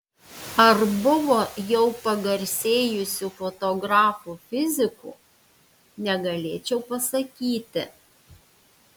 ar buvo jau pagarsėjusių fotografų fizikų negalėčiau pasakyti